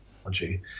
technology